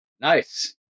Nice